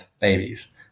babies